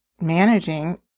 managing